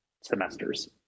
semesters